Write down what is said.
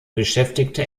beschäftigte